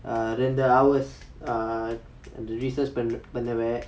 err ரெண்டு:rendu hours err research பண் பண்ணுவே:pan pannuvae